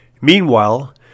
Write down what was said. Meanwhile